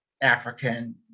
African